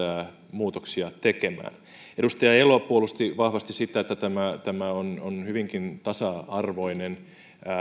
muutoksia tekemään edustaja elo puolusti vahvasti sitä että tämä on on hyvinkin tasa arvoinen